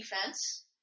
defense